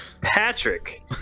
patrick